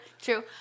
true